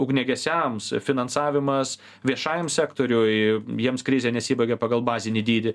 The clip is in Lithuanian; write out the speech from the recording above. ugniagesiams finansavimas viešajam sektoriui jiems krizė nesibaigia pagal bazinį dydį